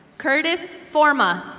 curtis forma.